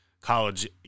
college